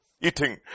Eating